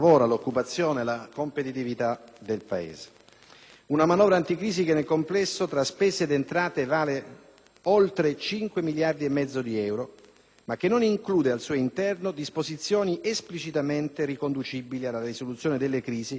Una manovra anticrisi che, nel complesso, tra spese ed entrate vale oltre 5,5 miliardi di euro, ma che non include al suo interno disposizioni esplicitamente riconducibili alla risoluzione della crisi che sta interessando il settore agroalimentare e della pesca